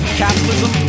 capitalism